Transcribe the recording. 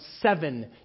seven